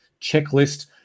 checklist